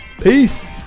peace